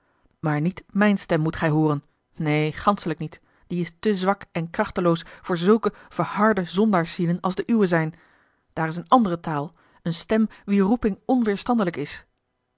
maar niet mijne stem moet gij hooren neen ganschelijk niet die is te zwak en krachteloos voor zulke verharde zondaarszielen als de uwe zijn daar is eene andere taal eene stem wier roeping onweêrstandelijk is